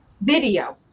video